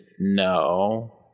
no